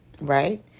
right